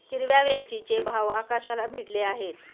हिरव्या वेलचीचे भाव आकाशाला भिडले आहेत